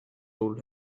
told